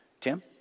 Tim